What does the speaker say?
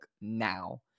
now